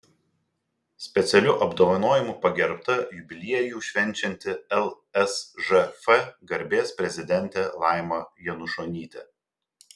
specialiu apdovanojimu pagerbta jubiliejų švenčianti lsžf garbės prezidentė laima janušonytė